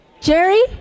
Jerry